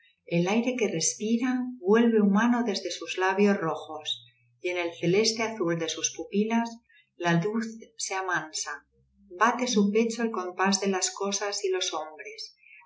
el aire que respira vuelve humano desde sus labios rojos y en el celeste azul de sus pupilas la luz se amansa bate su pecho el compás de las cosas y los hombres